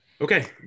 Okay